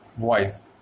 voice